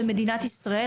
במדינת ישראל,